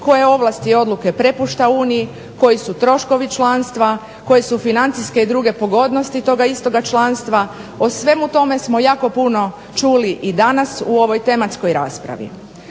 koje ovlasti i odluke prepušta Uniji, koji su troškovi članstva, koje su financijske i druge pogodnosti toga istoga članstva, o svemu tome smo jako puno čuli i danas u ovoj tematskoj raspravi.